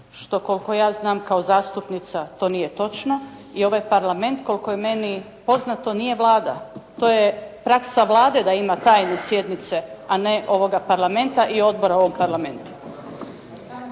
što koliko ja znam kao zastupnica to nije točno i ovaj Parlament koliko je meni poznato nije Vlada, to je praksa Vlade da ima tajne sjednice, a ne ovoga Parlamenta i odbora ovog Parlamenta.